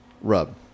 rub